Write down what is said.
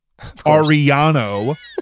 Ariano